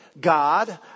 God